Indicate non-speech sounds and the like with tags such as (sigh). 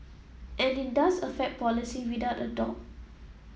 and in does affect policy without a (unintelligible)